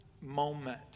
moment